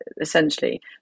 essentially